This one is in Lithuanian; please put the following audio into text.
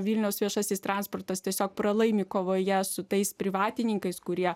vilniaus viešasis transportas tiesiog pralaimi kovoje su tais privatininkais kurie